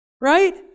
right